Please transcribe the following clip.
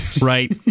right